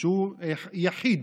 שהוא יחיד,